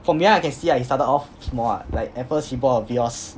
for me I can see he started off small ah like at first he bought a Vios